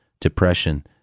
depression